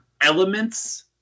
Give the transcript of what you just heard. elements